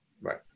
Right